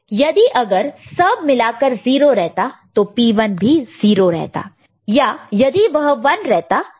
तो यदि अगर सब मिलाकर 0 रहता तो P1 भी 0 रहता या यदि वह 1 रहता तो यह भी 1 रहता